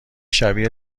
شبیه